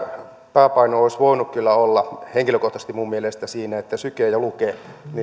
pääpaino olisi voinut kyllä olla henkilökohtaisesti minun mielestäni niin sykeä ja lukea ajatellen että